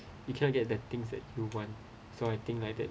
you cannot get the things that you want so I think like that